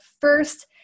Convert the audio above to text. first